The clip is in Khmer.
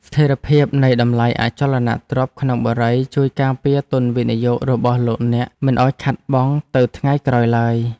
ស្ថិរភាពនៃតម្លៃអចលនទ្រព្យក្នុងបុរីជួយការពារទុនវិនិយោគរបស់លោកអ្នកមិនឱ្យខាតបង់ទៅថ្ងៃក្រោយឡើយ។